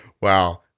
Wow